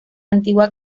antigua